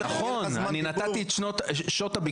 אני נתתי את שעות הביקור,